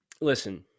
Listen